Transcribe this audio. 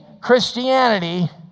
Christianity